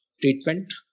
treatment